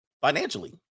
financially